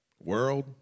world